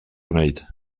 gwneud